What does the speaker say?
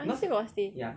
mine still got stain